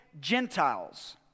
Gentiles